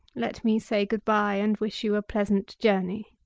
let me say good-bye and wish you a pleasant journey.